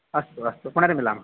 अस्तु अस्तु पुनर्मिलामः